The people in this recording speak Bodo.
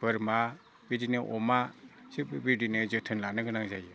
बोरमा बिदिनो अमा थिख बेबायदिनो जोथोन लानो गोनां जायो